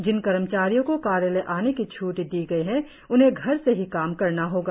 जिन कर्मचारियों को कार्यालय आने की छूट दी गई है उन्हें घर से ही काम करना होगा